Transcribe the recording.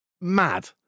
mad